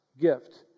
gift